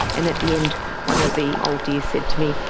and at the end one of the old dears said to me,